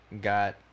got